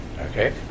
okay